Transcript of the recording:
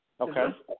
Okay